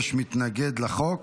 יש מתנגד לחוק.